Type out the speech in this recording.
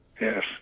Yes